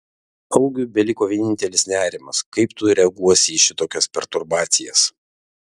augiui beliko vienintelis nerimas kaip tu reaguosi į šitokias perturbacijas